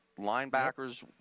linebackers